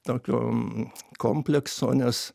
tokio komplekso nes